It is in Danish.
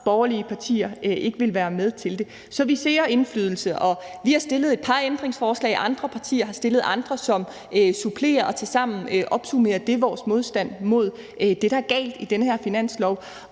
borgerlige partier ikke ville være med til det. Så vi søger indflydelse. Og vi har stillet et par ændringsforslag, og andre partier har stillet andre ændringsforslag, som supplerer det, og tilsammen opsummerer det vores modstand mod det, der er galt med det her finanslovsforslag.